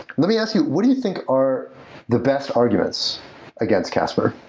let me ask you, what do you think are the best arguments against casper?